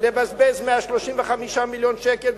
לבזבז 135 מיליון שקלים,